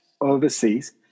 overseas